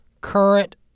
current